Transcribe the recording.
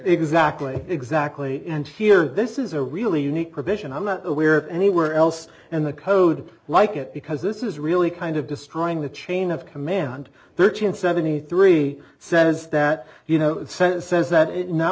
exactly exactly and here this is a really unique provision i'm not aware of anywhere else in the code like it because this is really kind of destroying the chain of command thirty and seventy three says that you know the senate says that